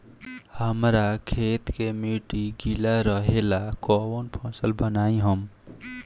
हमरा खेत के मिट्टी गीला रहेला कवन फसल लगाई हम?